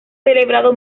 celebrado